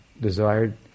desired